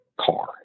car